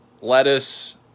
lettuce